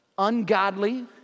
ungodly